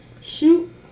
shoot